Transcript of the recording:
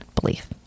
belief